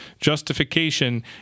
Justification